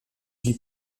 huit